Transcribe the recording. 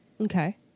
Okay